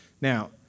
Now